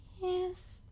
yes